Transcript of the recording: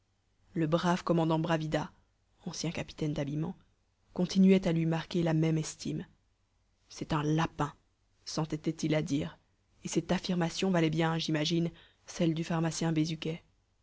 le brave commandant bravida ancien capitaine d'habillement continuait à lui marquer la même estime c'est un lapin sentêtait il à dire et cette affirmation valait bien j'imagine celle du pharmacien bézuquet